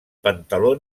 pantaló